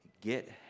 get